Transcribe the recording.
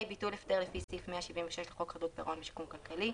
ביטול הפטר לפי סעיף 176 לחוק חדלות פירעון ושיקום כלכלי,